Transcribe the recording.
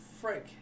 Frank